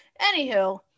anywho